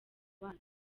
bana